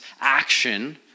action